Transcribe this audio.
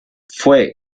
fue